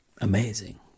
amazing